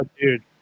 dude